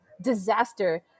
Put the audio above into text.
disaster